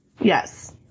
Yes